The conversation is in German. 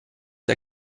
der